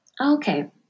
Okay